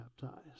baptized